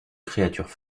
créatures